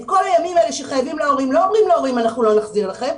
את כל הימים האלה שחייבים להורים לא אומרים להורים לא נחזור לכם.